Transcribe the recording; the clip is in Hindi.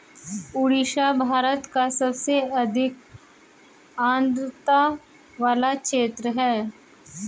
ओडिशा भारत का सबसे अधिक आद्रता वाला क्षेत्र है